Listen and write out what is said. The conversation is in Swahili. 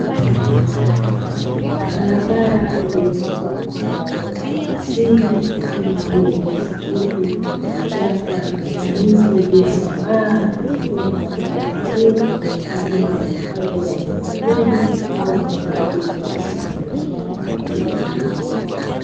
Barabara iliyozungukwa na uoto wa asili kama vile: nyasi fupi, vichaka, na miti iliyosambaa na kutengeneza mandhari nzuri ,kwaajili ya hifadhi ya wanyama pori au hifadhi ya msitu.